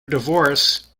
divorce